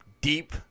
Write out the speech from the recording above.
deep